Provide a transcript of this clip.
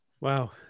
Wow